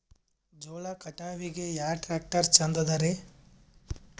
ಜೋಳ ಕಟಾವಿಗಿ ಯಾ ಟ್ಯ್ರಾಕ್ಟರ ಛಂದದರಿ?